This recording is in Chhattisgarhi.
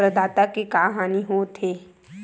प्रदाता के का हानि हो थे?